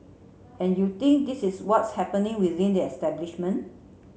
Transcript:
and you think this is what's happening within the establishment